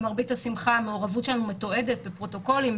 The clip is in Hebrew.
למרבית השמחה המעורבות שלנו מתועדת בפרוטוקולים,